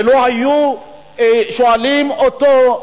ולא היו שואלים אותו: